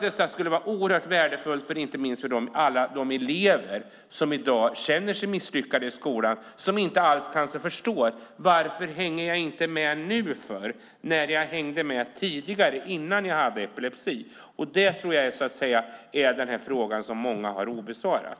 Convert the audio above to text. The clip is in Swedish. Det skulle vara oerhört värdefullt, inte minst för alla de elever som i dag känner sig misslyckade i skolan och som kanske inte alls förstår. De undrar: Varför hänger jag inte med nu när jag hängde med tidigare, innan jag hade epilepsi? Det tror jag är den fråga som många har obesvarad.